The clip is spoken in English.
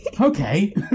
Okay